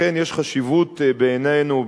יש חשיבות בעינינו,